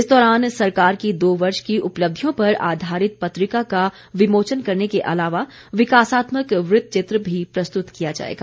इस दौरान सरकार की दो वर्ष की उपलब्धियों पर आधारित पत्रिका का विमोचन करने के अलावा विकासात्मक वृतचित्र भी प्रस्तुत किया जाएगा